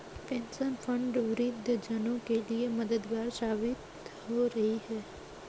pension fund वृद्ध जनों के लिए मददगार साबित हो रही है